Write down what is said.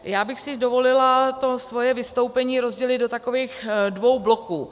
Já bych si dovolila svoje vystoupení rozdělit do takových dvou bloků.